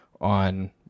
on